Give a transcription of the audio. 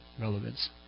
relevance